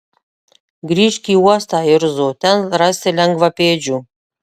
grįžk į uostą irzo ten rasi lengvapėdžių